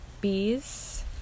bees